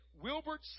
Wilbert